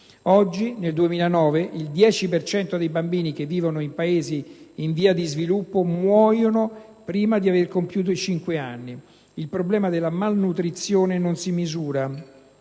Oggi, nel 2009, il 10 per cento dei bambini che vivono in Paesi in via di sviluppo muoiono prima di aver compiuto i cinque anni. Il problema della malnutrizione non si misura,